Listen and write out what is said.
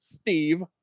Steve